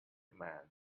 man